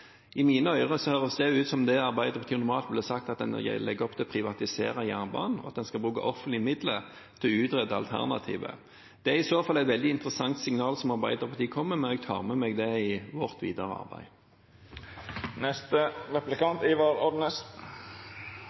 I mine ører høres det ut som det Arbeiderpartiet normalt ville sagt, at en legger opp til å privatisere jernbanen, og at en skal bruke offentlige midler til å utrede alternativer. Det er i så fall et veldig interessant signal Arbeiderpartiet kommer med, og jeg tar med meg det i vårt videre arbeid.